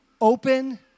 open